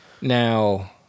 Now